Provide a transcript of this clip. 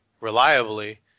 reliably